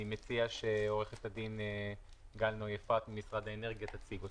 אני מציע שעורכת הדין גל נוי אפרת ממשרד האנרגיה תציג אותן.